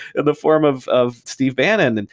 in the form of of steve bannon. and